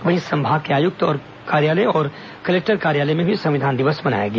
वहीं संभाग के आयुक्त कार्यालय और कलेक्टर कार्यालय में भी संविधान दिवस मनाया गया